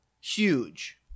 huge